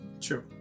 True